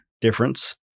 difference